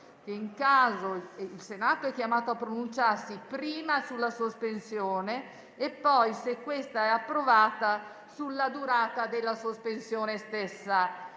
anche che il Senato è chiamato a pronunciarsi prima sulla sospensione e poi, se questa è approvata, sulla durata della sospensione stessa.